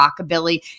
rockabilly